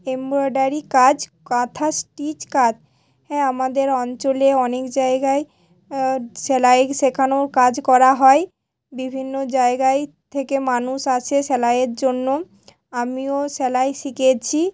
embroidery কাজ কাঁথা stitch কাজ হ্যাঁ আমাদের অঞ্চলে অনেক জায়গায় সেলাই শেখানোর কাজ করা হয় বিভিন্ন জায়গায় থেকে মানুষ আসে সেলাইয়ের জন্য আমিও সেলাই শিখেছি